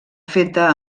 feta